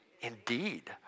indeed